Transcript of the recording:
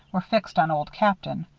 were fixed on old captain.